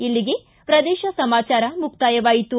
ಇಲ್ಲಿಗೆ ಪ್ರದೇಶ ಸಮಾಚಾರ ಮುಕ್ತಾಯವಾಯಿತು